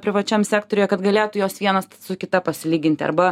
privačiam sektoriuje kad galėtų jos vienas su kita pasilyginti arba